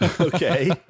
Okay